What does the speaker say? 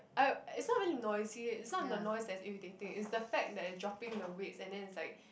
I it's not really noisy it's not the noise that's irritating it's the fact that dropping the weights and then it's like